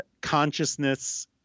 consciousness